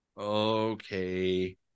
Okay